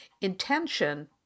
Intention